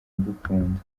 ngukunda